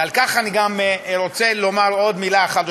ועל כך אני גם רוצה לומר עוד מילה אחת,